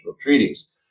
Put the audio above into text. treaties